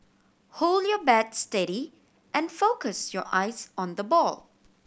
hold your bat steady and focus your eyes on the ball